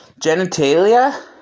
genitalia